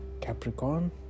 Capricorn